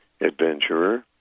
adventurer